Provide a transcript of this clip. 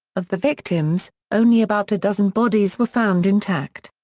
of the victims, only about a dozen bodies were found intact.